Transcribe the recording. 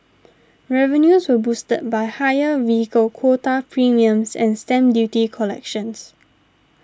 revenues were boosted by higher vehicle quota premiums and stamp duty collections